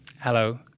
Hello